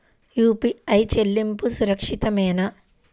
UPI చెల్లింపు సురక్షితమేనా?